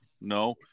No